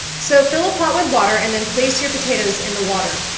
so, fill a pot with water and then place your potatoes in the water.